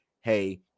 hey